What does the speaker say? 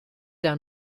der